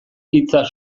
hitzak